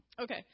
Okay